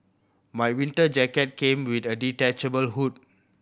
my winter jacket came with a detachable hood